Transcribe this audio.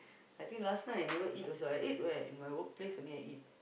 I think last night I never eat also I eat where at my workplace only I eat